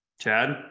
Chad